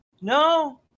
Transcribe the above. No